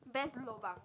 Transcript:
best lobang